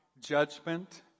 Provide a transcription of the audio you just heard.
judgment